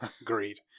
Agreed